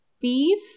beef